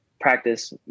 practice